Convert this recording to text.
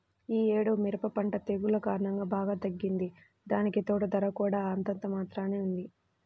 యీ యేడు మిరప పంట తెగుల్ల కారణంగా బాగా తగ్గింది, దానికితోడూ ధర కూడా అంతంత మాత్రంగానే ఉంది